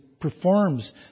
performs